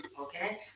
okay